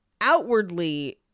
outwardly